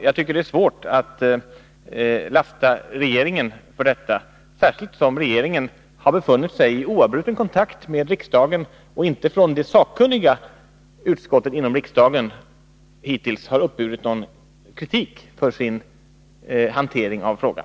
Jag tycker det är svårt att lasta regeringen för detta, särskilt som regeringen har befunnit sig i oavbruten kontakt med riksdagen och inte från det sakkunniga utskottet hittills uppburit någon kritik för sin hantering av frågan.